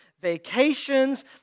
vacations